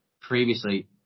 previously